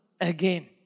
again